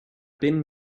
been